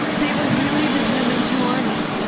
they were really determined to harm us.